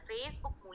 Facebook